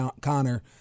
Connor